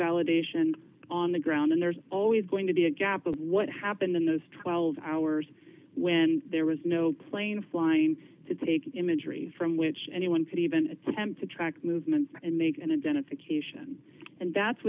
validation on the ground and there's always going to be a gap of what happened in those twelve hours when there was no plane flying to take imagery from which anyone could even attempt to track movements and make an identification and that's